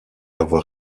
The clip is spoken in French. avoir